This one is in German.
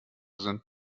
sind